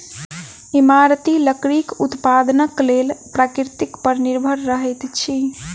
इमारती लकड़ीक उत्पादनक लेल प्रकृति पर निर्भर रहैत छी